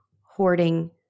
Hoarding